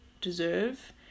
deserve